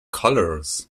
colours